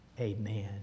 amen